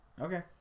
Okay